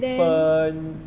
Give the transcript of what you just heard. fun